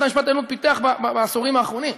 שבית-המשפט העליון פיתח בעשורים האחרונים.